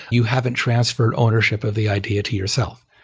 you haven't transferred ownership of the idea to yourself.